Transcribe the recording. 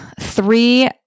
three